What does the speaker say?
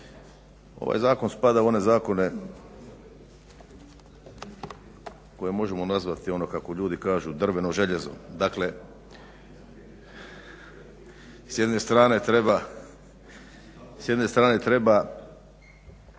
Ovaj zakon spada u one zakone koje možemo nazvati ono kako ljudi kažu drveno željezo. Dakle, s jedne strane treba